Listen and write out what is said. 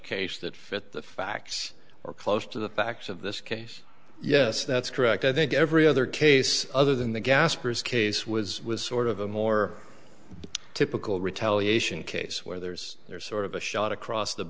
case that fit the facts or close to the facts of this case yes that's correct i think every other case other than the gaspers case was sort of a more typical retaliation case where there's there's sort of a shot across the